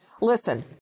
Listen